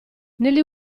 negli